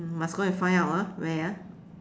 um must go and find out ah where ah